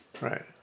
right